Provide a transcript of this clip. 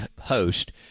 host